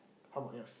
how about yours